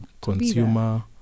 Consumer